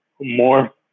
more